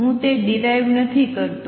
હું તે ડીરાઈવ નથી કરતો